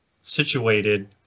situated